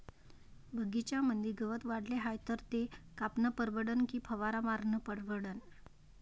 बगीच्यामंदी गवत वाढले हाये तर ते कापनं परवडन की फवारा मारनं परवडन?